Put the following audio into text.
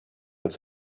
and